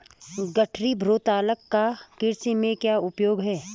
गठरी भारोत्तोलक का कृषि में क्या उपयोग है?